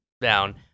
Down